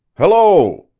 hello!